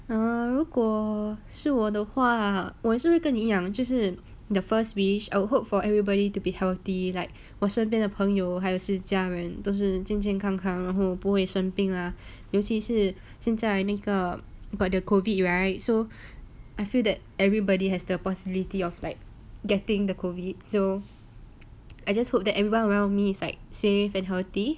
um 如果是我的话我是会跟你一样就是 the first wish I would hope for everybody to be healthy like 我身边的朋友还有自己家人都是健健康康然后不会生病 lah 尤其是现在那个 got the COVID right so I feel that everybody has the possibility of like getting the COVID so I just hope that everyone around me is like safe and healthy